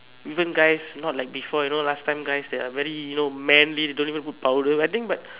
even guys not like before you know last time guys they are very manly don't even put powder I think but